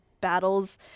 battles